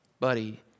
buddy